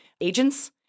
Agents